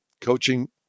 coaching